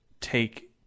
take